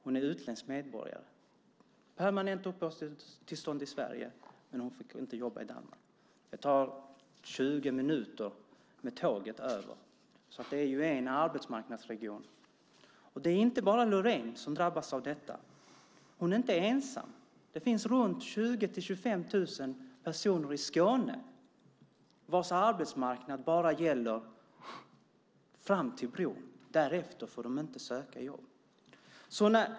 Hon är utländsk medborgare, har permanent uppehållstillstånd i Sverige men får inte jobba i Danmark. Det tar 20 minuter med tåget över till Danmark, så det är fråga om en arbetsmarknadsregion. Det är inte bara Loraine som drabbas av detta. Hon är inte ensam. Det finns 20 000-25 000 personer i Skåne vars arbetsmarknad bara sträcker sig fram till bron. På andra sidan den får de inte söka jobb.